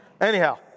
Anyhow